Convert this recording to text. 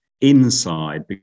inside